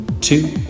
two